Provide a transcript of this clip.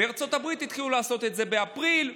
בארצות הברית התחילו לעשות את זה באפריל,